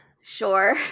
Sure